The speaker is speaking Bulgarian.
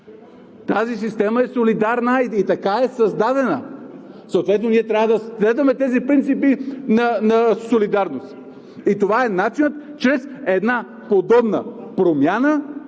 тази система е солидарна, така е създадена и съответно ние трябва да следваме тези принципи на солидарност. Това е начинът – чрез една подобна промяна,